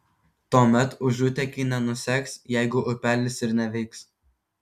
tuomet užutėkiai nenuseks jeigu upelis ir neveiks